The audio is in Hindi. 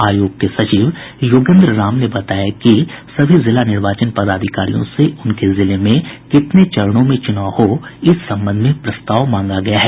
आयोग के सचिव योगेन्द्र राम ने बताया कि सभी जिला निर्वाचन पदाधिकारियों से उनके जिले में कितने चरणों में चुनाव हो इस संबंध में प्रस्ताव मांगा गया है